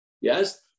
yes